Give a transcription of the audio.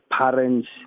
parents